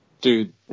Dude